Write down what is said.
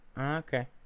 Okay